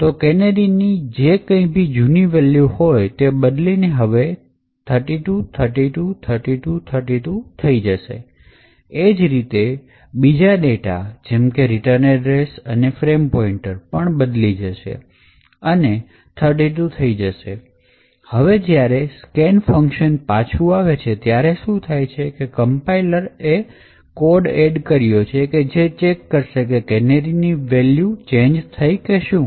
તો કેનેરીની જે કઈ ભી જૂની વેલ્યુ હોય તે હવે બદલીને 32 32 32 32 થઇ જશે એ જ રીતે બીજા ડેટા જેમકે રીટન એડ્રેસ અને ફ્રેમ પોઇન્ટર પણ બદલાઈ જશે અને ૩૨ થઇ જશે હવે જ્યારે સ્કેન ફંકશન પાછું આવે છે ત્યારે શું થાય છે કે કંપાઇલરએ કોડ એડ કર્યો છે કે જે ચેક કરશે કે કેનેરીની વેલ્યુ ચેન્જ થઇ કે શું